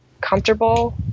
comfortable